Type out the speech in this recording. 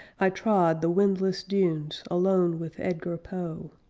i trod the windless dunes alone with edgar poe.